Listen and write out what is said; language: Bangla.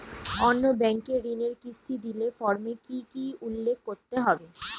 অন্য ব্যাঙ্কে ঋণের কিস্তি দিলে ফর্মে কি কী উল্লেখ করতে হবে?